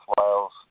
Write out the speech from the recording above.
Wales